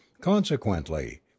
Consequently